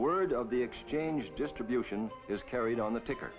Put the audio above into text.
word of the exchange distribution is carried on the ticke